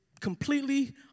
completely